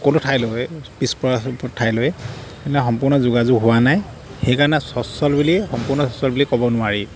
কোনো ঠাইলৈ পিছপৰা ঠাইলৈ এনে সম্পূৰ্ণ যোগাযোগ হোৱা নাই সেইকাৰণে স্বচ্ছল বুলি সম্পূৰ্ণ স্বচ্ছল বুলি ক'ব নোৱাৰি